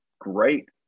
great